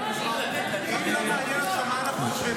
אם לא מעניין אותך מה אנחנו חושבים,